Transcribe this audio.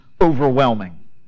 overwhelming